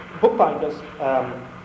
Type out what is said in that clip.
bookbinders